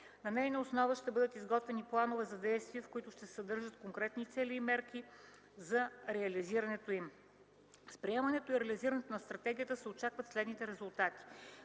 На нейна основа ще бъдат изготвяни планове за действие, в които ще се съдържат конкретни цели и мерки за реализирането им. С приемането и реализирането на стратегията се очакват следните резултати: